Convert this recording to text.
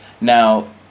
Now